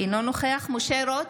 אינו נוכח משה רוט,